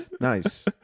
Nice